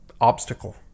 Obstacle